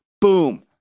boom